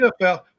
NFL